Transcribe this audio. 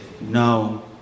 no